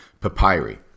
papyri